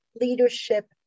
leadership